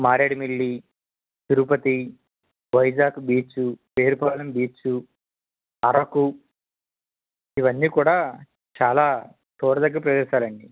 Maredumilli Tirupati Vizag beach ఏరు పాలేం beach Araku ఇవన్నీ కూడా చాలా చూడదగిన ప్రదేశాలండి